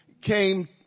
came